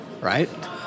right